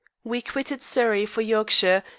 we quitted surrey for yorkshire,